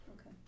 okay